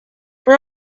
for